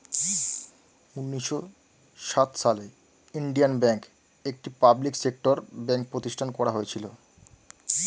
উন্নিশো সাত সালে ইন্ডিয়ান ব্যাঙ্ক, একটি পাবলিক সেক্টর ব্যাঙ্ক প্রতিষ্ঠান করা হয়েছিল